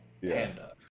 panda